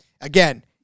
again